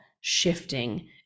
shifting